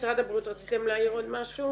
משרד הבריאות רציתם להעיר עוד משהו.